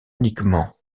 uniquement